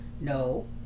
no